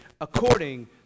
according